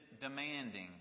demanding